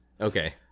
Okay